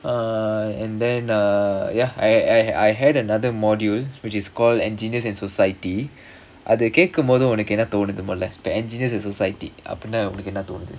uh and then uh ya I I I had another module which is call engineers and society அது கேக்கும் போது உனக்கு என்ன தோணுது மொதல்ல:adhu kekkumpothu unakku enna thonuthu mothala engineers and society opponent அப்டினா உனக்கு என்ன தோணுது:apdinaa unakku enna thonuthu